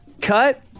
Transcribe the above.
Cut